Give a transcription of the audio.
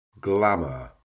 glamour